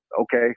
okay